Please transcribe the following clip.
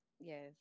Yes